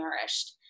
nourished